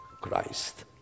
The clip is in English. Christ